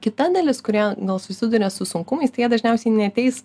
kita dalis kurie gal susiduria su sunkumais tai jie dažniausiai neateis